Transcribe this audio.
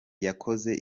yakoze